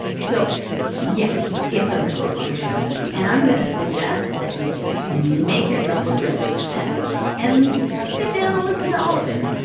so yeah it's a really long show and i'm going to suggest that you just make yourself a grilled cheese sandwich and sit down and listen to all of it.